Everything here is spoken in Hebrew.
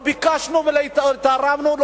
לא ביקשנו ולא התערבנו.